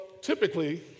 Typically